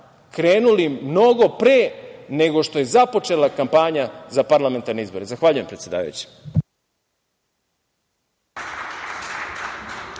krenuli mnogo pre nego što je započela kampanja za parlamentarne izbore. Zahvaljujem, predsedavajuća.